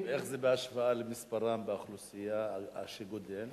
ואיך זה בהשוואה למספרם באוכלוסייה שגדלה?